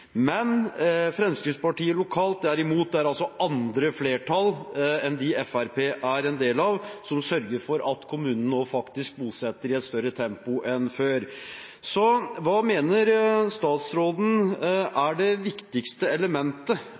men Fremskrittspartiet lokalt er imot, det er altså andre flertall enn dem Fremskrittspartiet er en del av, som sørger for at kommunene nå faktisk bosetter i et større tempo enn før. Hva mener statsråden er det viktigste elementet